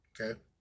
okay